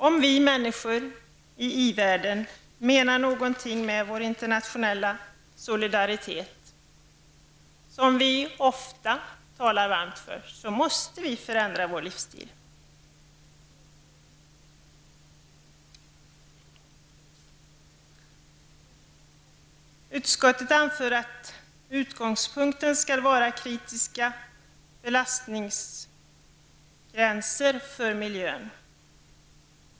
Om vi människor i i-världen menar något med vår internationella solidaritet, som vi ofta talar varmt för, måste vi förändra vår livsstil. Utskottet anför att man som utgångspunkt skall ha kritiska belastningsgränser för miljön.